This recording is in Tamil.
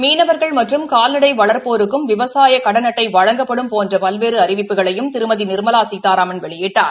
மீனவர்கள் மற்றும் கால்நடை வளர்ப்போருக்கும் விவசாய கடன் அட்டை வழங்கப்படும் போன்ற அறிவிப்புகளையும் திருமதி நிர்மலா சீதாராமன் வெளியிட்டார்